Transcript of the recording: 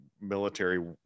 military